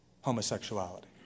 homosexuality